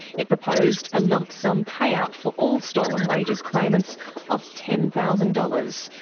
it proposed a lump sum payout for all stolen wages claimants of ten thousand dollars,